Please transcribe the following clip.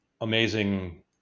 amazing